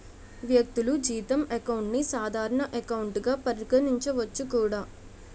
వ్యక్తులు జీతం అకౌంట్ ని సాధారణ ఎకౌంట్ గా పరిగణించవచ్చు కూడా